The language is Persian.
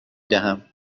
دهم